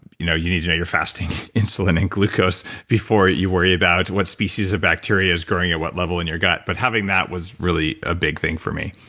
you know you need to know your fasting insulin and glucose before you worry about what species of bacteria is growing at what level in your gut. but having that was really a big thing for me.